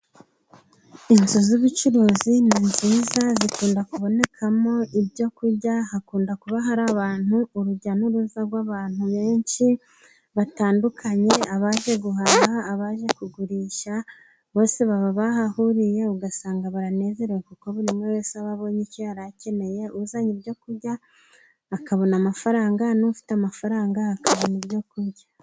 Inzu z'ubucuruzi ni nziza zikunda kubonekamo ibyo kurya, hakunda kuba hari abantu urujya n'uruza rw'abantu benshi batandukanye, abaje guhaha abaje kugurisha bose baba bahahuriye, ugasanga baranezerewe kuko buri umwe wese aba abonye icyo yari akeneye, uzanye ibyokurya akabona amafaranga, n'ufite amafaranga akabona ibyokurya.